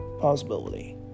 possibility